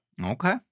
Okay